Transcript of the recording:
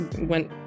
went